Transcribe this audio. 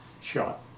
shot